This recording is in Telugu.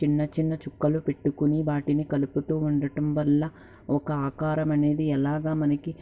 చిన్న చిన్న చుక్కలు పెట్టుకుని వాటిని కలుపుతూ ఉండటం వల్ల ఒక ఆకారమనేది ఎలాగా మనకి